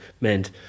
meant